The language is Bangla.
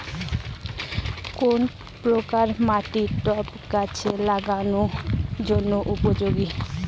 কোন প্রকার মাটি টবে গাছ লাগানোর জন্য উপযুক্ত?